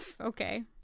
okay